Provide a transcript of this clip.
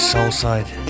Soulside